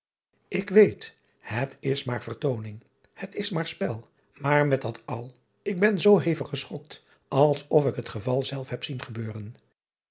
k weet het is maar vertooning het is maar spel maar met dat al ik ben zoo hevig geschokt als of ik het geval zelf heb zien gebeuren